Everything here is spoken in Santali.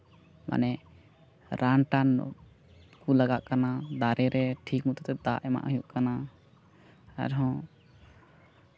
ᱢᱟᱱᱮ ᱨᱟᱱ ᱴᱟᱱ ᱠᱚ ᱞᱟᱜᱟᱜ ᱠᱟᱱᱟ ᱫᱟᱨᱮ ᱨᱮ ᱴᱷᱤᱠ ᱢᱚᱛᱳ ᱫᱟᱜ ᱮᱢᱟᱜ ᱦᱩᱭᱩᱜ ᱠᱟᱱᱟ ᱟᱨᱦᱚᱸ